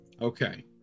Okay